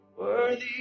Worthy